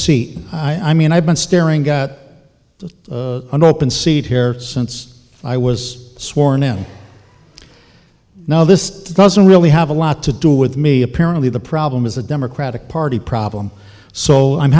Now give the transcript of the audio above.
sea i mean i've been staring at an open seat here since i was sworn in now this doesn't really have a lot to do with me apparently the problem is the democratic party problem so i'm